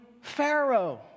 Pharaoh